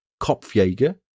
kopfjäger